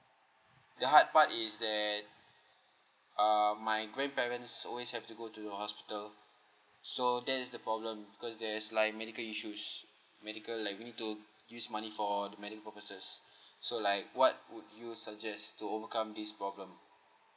the hard part is that uh my grandparents always have to go to the hospital so that is the problem because there's like medical issues medical like we need to use money for the medic purposes so like what would you suggest to overcome this problem